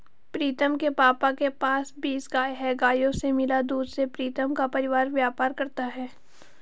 प्रीतम के पापा के पास बीस गाय हैं गायों से मिला दूध से प्रीतम का परिवार व्यापार करता है